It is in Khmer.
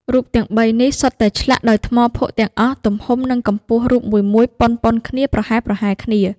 រូបទាំង ៣ នេះសុទ្ធតែឆ្លាក់ដោយថ្មភក់ទាំងអស់ ទំហំនិងកម្ពស់រូបមួយៗ ប៉ុនៗគ្នា ប្រហែលៗគ្នា